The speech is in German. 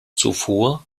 zuvor